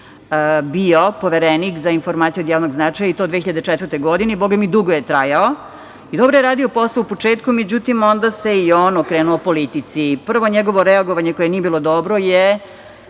bio Poverenik za informacije od javnog značaja i to 2004. godine i, bogami, dugo je trajao. Dobro je radio posao u početku. Međutim, onda se i on okrenuo politici. Prvo njegovo reagovanje koje nije bilo dobro je